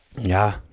Ja